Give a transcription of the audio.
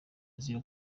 azira